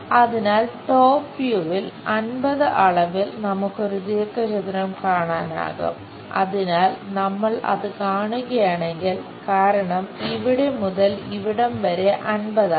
അതിനാൽ ടോപ് വ്യൂവിൽ 50 അളവിൽ നമുക്ക് ഒരു ദീർഘചതുരം കാണാനാകും അതിനാൽ നമ്മൾ അത് കാണുകയാണെങ്കിൽ കാരണം ഇവിടെ മുതൽ ഇവിടെ വരെ 50 ആണ്